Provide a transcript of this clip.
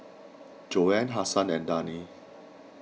Joanne Hasan and Dani